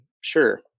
sure